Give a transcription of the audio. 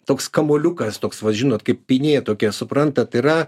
toks kamuoliukas toks va žinot kaip pynė tokia suprantat yra